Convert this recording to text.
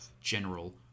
general